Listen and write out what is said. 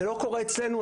זה לא קורה אצלנו.